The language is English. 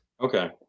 Okay